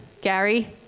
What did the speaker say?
Gary